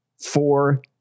four